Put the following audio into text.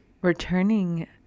returning